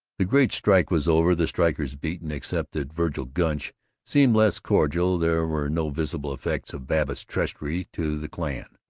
the great strike was over, the strikers beaten. except that vergil gunch seemed less cordial, there were no visible effects of babbitt's treachery to the clan.